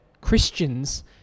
Christians